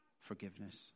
forgiveness